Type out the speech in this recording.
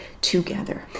together